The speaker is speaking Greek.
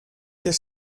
και